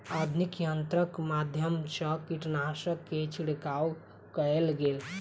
आधुनिक यंत्रक माध्यम सँ कीटनाशक के छिड़काव कएल गेल